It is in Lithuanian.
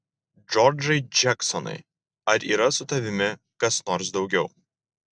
džordžai džeksonai ar yra su tavimi kas nors daugiau